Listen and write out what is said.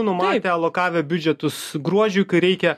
numatę lokavę biudžetus gruodžiui kai reikia